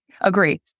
agree